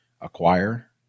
acquire